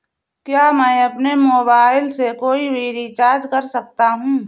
क्या मैं अपने मोबाइल से कोई भी रिचार्ज कर सकता हूँ?